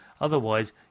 Otherwise